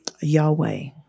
Yahweh